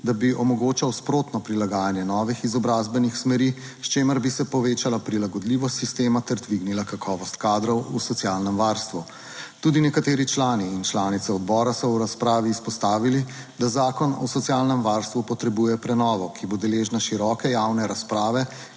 da bi omogočal sprotno prilagajanje novih izobrazbenih smeri, s čimer bi se povečala prilagodljivost sistema ter dvignila kakovost kadrov v socialnem varstvu. Tudi nekateri člani in članice odbora so v razpravi izpostavili, da Zakon o socialnem varstvu potrebuje prenovo, ki bo deležna široke javne razprave